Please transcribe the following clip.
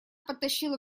подтащила